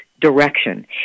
Direction